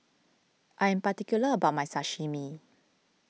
I am particular about my Sashimi